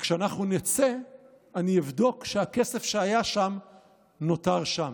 וכשאנחנו נצא אני אבדוק שהכסף שהיה שם נותר שם.